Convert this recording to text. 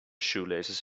shoelaces